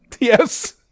Yes